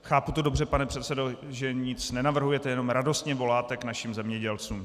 Chápu to dobře, pane předsedo, že nic nenavrhujete, jenom radostně voláte k našim zemědělcům.